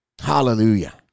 Hallelujah